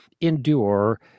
endure